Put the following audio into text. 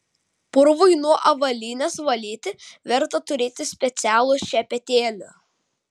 purvui nuo avalynės valyti verta turėti specialų šepetėlį